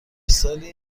سالی